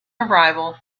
arrival